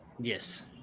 Yes